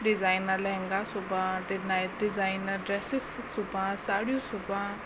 designer lehenga सिबा designer dresses सिबा साड़ियूं सिबा